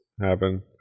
happen